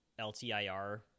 LTIR